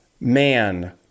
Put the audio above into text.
man